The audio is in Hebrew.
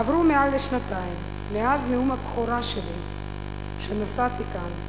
עברו מעל שנתיים מאז נאום הבכורה שלי שנשאתי כאן.